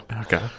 Okay